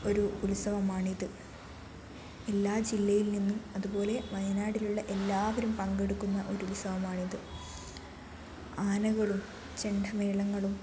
ഒരു ഉത്സവമാണിത് എല്ലാ ജില്ലയിൽ നിന്നും അതുപോലെ വയനാടിലുള്ള എല്ലാവരും പങ്കെടുക്കുന്ന ഒരു ഉത്സവമാണിത് ആനകളും ചെണ്ട മേളങ്ങളും